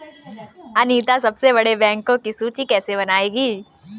अनीता सबसे बड़े बैंकों की सूची कैसे बनायेगी?